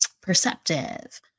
perceptive